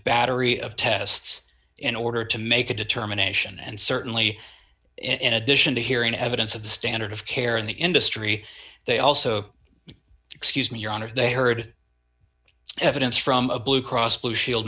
battery of tests in order to make a determination and certainly in addition to hearing evidence of the standard of care in the industry they also excuse me your honor they heard evidence from blue cross blue shield